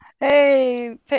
Hey